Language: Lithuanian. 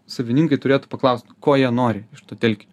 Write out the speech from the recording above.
savininkai turėtų paklaust ko jie nori iš tų telkinių